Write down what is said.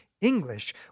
English